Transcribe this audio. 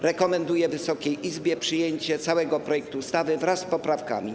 Rekomenduję Wysokiej Izbie przyjęcie całego projektu ustawy wraz z poprawkami.